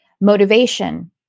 Motivation